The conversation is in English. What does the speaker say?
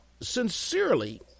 sincerely